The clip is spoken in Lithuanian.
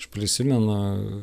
aš prisimenu